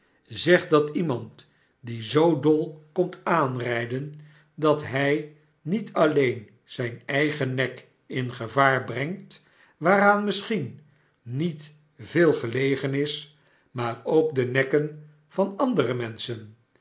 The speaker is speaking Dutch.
zegt dat iemand die zoo dol komt aanrijden dat hij niet alleen zijn eigen nek in gevaar brengt waaraan misschien niet veel gelegen is maar ook de nekken van andere menschen